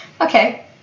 Okay